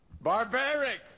Barbaric